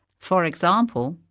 for example,